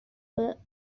were